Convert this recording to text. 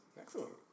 Excellent